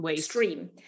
stream